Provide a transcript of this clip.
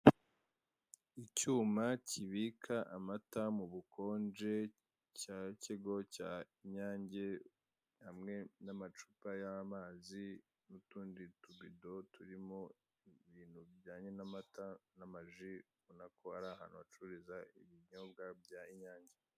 Icyuma kibika amata mu bukonje cya kigo cya inyange hamwe n'amacupa yamazi n'utundi tubido turimo ibintu bijyanye n'amata n'amaji ubona ko ari ahantu hacururiza ibinyobwa by'inyange.